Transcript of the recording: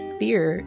fear